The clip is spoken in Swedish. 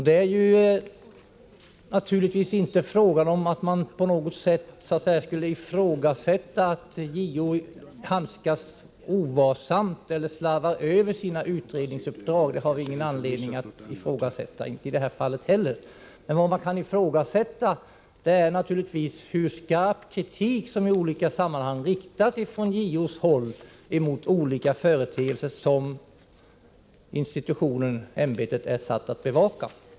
Det är naturligtvis inte fråga om att man på något sätt skulle utgå från att JO handskas ovarsamt med eller slarvar ifrån sig sina utredningsuppdrag. Det har vi inte heller i det här fallet någon anledning att utgå från. Vad som kan ifrågasättas är naturligtvis om en tillräckligt skarp kritik i olika sammanhang riktas från JO emot olika företeelser som ämbetet är satt att bevaka.